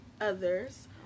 others